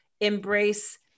embrace